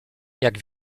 jak